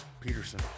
Peterson